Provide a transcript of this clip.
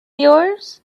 yours